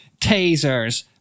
tasers